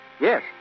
Yes